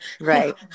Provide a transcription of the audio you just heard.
Right